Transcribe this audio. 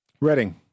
Reading